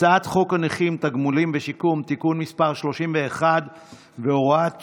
הצעת חוק הנכים (תגמולים ושיקום) (תיקון מס' 31 והוראת שעה),